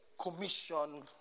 commission